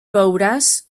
beuràs